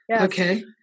Okay